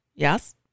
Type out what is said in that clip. Yes